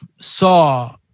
saw